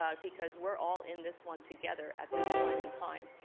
ah because we're all in this one together at this point in time.